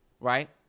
right